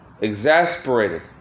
Exasperated